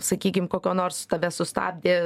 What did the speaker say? sakykim kokio nors tave sustabdė